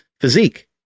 physique